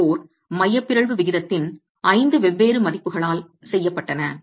4 மைய பிறழ்வு விகிதத்தின் ஐந்து வெவ்வேறு மதிப்புகளால் செய்யப்பட்டன